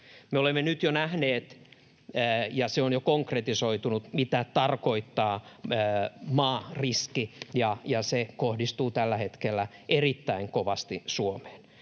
olemme nyt jo nähneet — se on jo konkretisoitunut — mitä tarkoittaa maariski, ja se kohdistuu tällä hetkellä erittäin kovasti Suomeen.